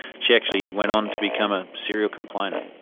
she actually went on to become a serial complainant.